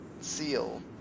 seal